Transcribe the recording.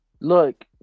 Look